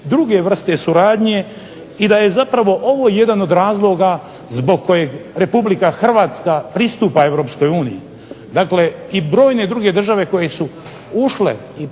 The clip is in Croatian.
druge vrste suradnje i da je zapravo ovo jedan od razloga zbog kojeg Republika Hrvatska pristupa Europskoj uniji. Dakle, i brojne druge države koje su ušle i